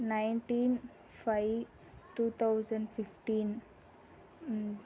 nineteen five two thousand fifteen ம்